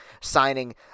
signing